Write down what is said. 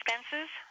expenses